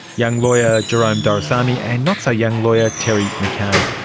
young lawyer jerome doraisamy, and not so young lawyer terry mccabe.